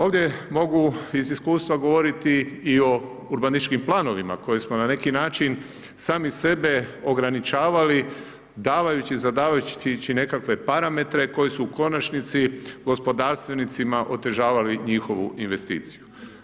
Ovdje mogu iz iskustva govoriti i o urbanističkim planovima koje smo na neki način sami sebe ograničavali davajući, zadavajući si neke parametre koji su u konačnici gospodarstvenicima otežavali njihovu investiciju.